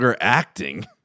acting